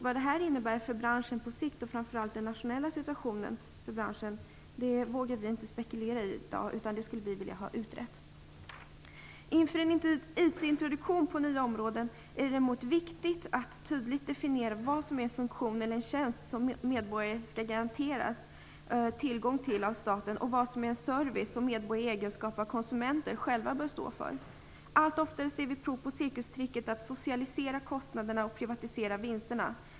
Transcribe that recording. Vad det innebär för branschen på sikt, och då framför allt den nationella situationen för branschen, vågar vi i dag inte spekulera i. Det är något som vi skulle vilja ha utrett. Inför en IT-introduktion på nya områden är det däremot viktigt att tydligt definiera vad som å ena sidan är en funktion eller tjänst som medborgarna skall garanteras tillgång till av staten och vad som å andra sidan är en service som medborgarna i egenskap av konsumenter själva bör stå för. Allt oftare ser vi prov på cirkustricket att socialisera kostnaderna och privatisera vinsterna.